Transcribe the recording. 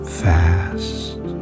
fast